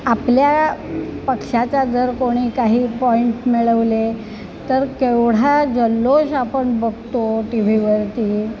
आपल्या पक्षाचा जर कोणी काही पॉईंट मिळवले तर केवढा जल्लोश आपण बघतो टी व्हीवरती